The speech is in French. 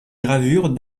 gravures